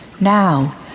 Now